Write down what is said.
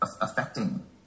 affecting